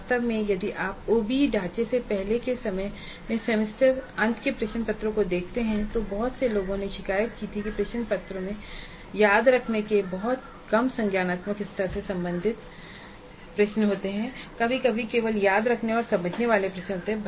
वास्तव में यदि आप ओबीई ढांचे से पहले के समय में सेमेस्टर के अंत के प्रश्न पत्रों को देखते हैं तो बहुत से लोगों ने शिकायत की थी कि प्रश्न पत्रों में याद रखने के बहुत कम संज्ञानात्मक स्तर से संबंधित प्रश्न होते हैं और कभी कभी केवल याद रखने और समझने वाले प्रश्न होते हैं